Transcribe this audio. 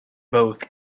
both